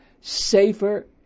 safer